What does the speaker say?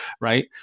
Right